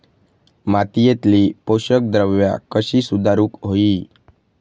मातीयेतली पोषकद्रव्या कशी सुधारुक होई?